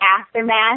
aftermath